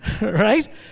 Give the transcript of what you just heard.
Right